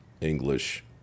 English